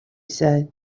said